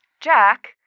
Jack